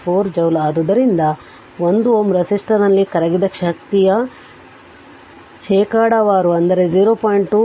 4 joule ಆದ್ದರಿಂದ 1 Ω ರೆಸಿಸ್ಟರ್ನಲ್ಲಿ ಕರಗಿದ ಶಕ್ತಿಯ ಶೇಕಡಾವಾರು ಅಂದರೆ 0